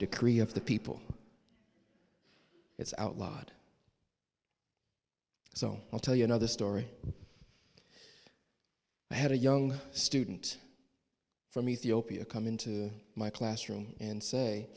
decree of the people it's outlawed so i'll tell you another story i had a young student from ethiopia come into my classroom and say